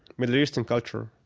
middle eastern culture,